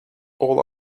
all